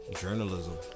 journalism